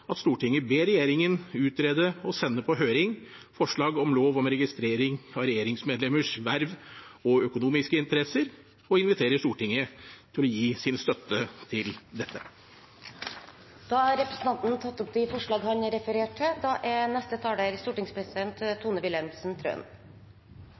at Stortinget ber regjeringen utrede og sende på høring forslag om lov om registrering av regjeringsmedlemmers verv og økonomiske interesser, og inviterer Stortinget til å gi sin støtte til dette. Presidentskapets medlem Morten Wold har tatt opp de forslagene han refererte til.